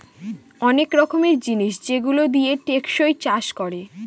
অনেক রকমের জিনিস যেগুলো দিয়ে টেকসই চাষ করে